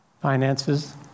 Finances